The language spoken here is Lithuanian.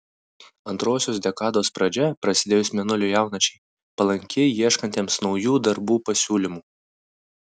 antrosios dekados pradžia prasidėjus mėnulio jaunačiai palanki ieškantiems naujų darbų pasiūlymų